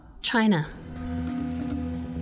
China